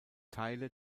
teile